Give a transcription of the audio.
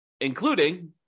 including